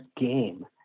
game